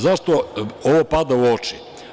Zašto ovo pada u oči?